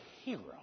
hero